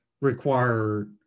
require